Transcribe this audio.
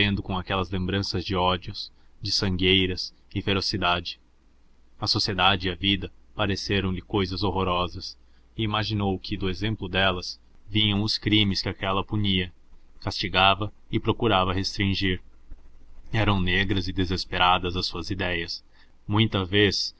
com aquelas lembranças de ódios de sangueiras e ferocidade a sociedade e a vida pareceram lhe cousas horrorosas e imaginou que do exemplo delas vinham os crimes que aquela punia castigava e procurava restringir eram negras e desesperadas as suas idéias muita vez